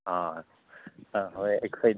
ꯑ ꯍꯣꯏ ꯑꯩꯈꯣꯏ